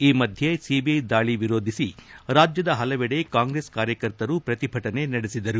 ಈ ಮಧ್ಯೆ ಸಿಬಿಐ ದಾಳಿ ವಿರೋಧಿಸಿ ರಾಜ್ಯದ ಹಲವೆಡೆ ಕಾಂಗ್ರೆಸ್ ಕಾರ್ಯಕರ್ತರು ಪ್ರತಿಭಟನೆ ನಡೆಸಿದರು